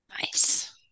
Nice